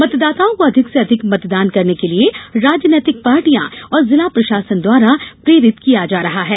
मतदाताओं को अधिक से अधिक मतदान करने के लिए राजनैतिक पार्टियां और जिला प्रशासन द्वारा प्रेरित किया जा रहा है